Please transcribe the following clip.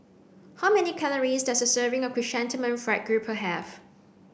how many calories does a serving of chrysanthemum fried grouper have